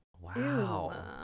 Wow